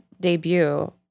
debut